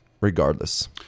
regardless